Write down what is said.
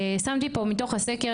שמתי פה מתוך הסקר